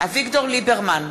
אביגדור ליברמן,